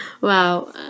Wow